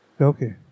Okay